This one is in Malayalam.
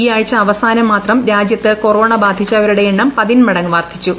ഈ ആഴ്ച അവസാനം മാത്രം രാജ്യത്ത് കൊറോണ ബാധിച്ചവരുടെ എണ്ണം പതിന്മടങ്ങ് വർദ്ധിച്ചു